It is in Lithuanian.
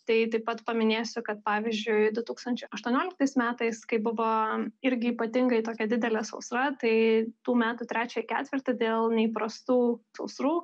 tai taip pat paminėsiu kad pavyzdžiui du tūkstančiai aštuonioliktais metais kai buvo irgi ypatingai tokia didelė sausra tai tų metų trečią ketvirtį dėl neįprastų sausrų